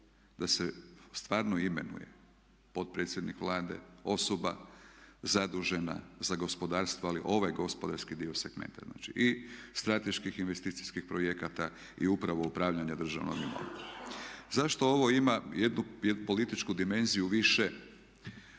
da se stvarno imenuje potpredsjednik Vlade, osoba zadužena za gospodarstvo ali ovaj gospodarski dio segmenta. Znači, i strateških investicijskih projekata i upravo upravljanja državnom imovinom. Zašto ovo ima jednu političku dimenziju više?